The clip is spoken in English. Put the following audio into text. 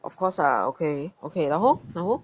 of course lah okay okay 然后然后